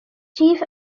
chief